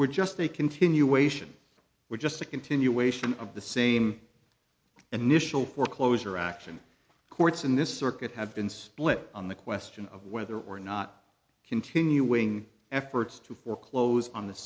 were just a continuation were just a continuation of the same and michel foreclosure action courts in this circuit have been split on the question of whether or not continuing efforts to foreclose on the